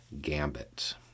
Gambit